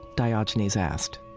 diogenes asked.